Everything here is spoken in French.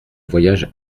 voyage